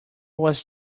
was